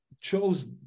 chose